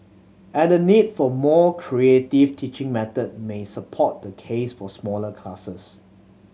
and the need for more creative teaching methods may support the case for smaller classes